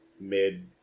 mid